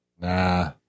Nah